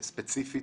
שחורגים.